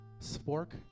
spork